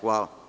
Hvala.